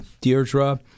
Deirdre